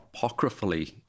apocryphally